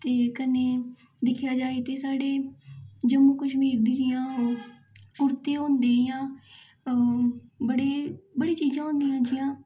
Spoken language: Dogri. ते कन्नै दिक्खेआ जाए ते साढ़े जम्मू कशमीर दे जि'यां कुरते होंदे जि'यां बड़े बड़ी चीज़ां होंदी जि'यां